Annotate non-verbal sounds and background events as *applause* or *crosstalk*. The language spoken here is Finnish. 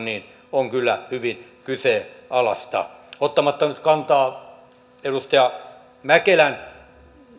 *unintelligible* niin se on kyllä hyvin kyseenalaista ottamatta nyt kantaa edustaja mäkelän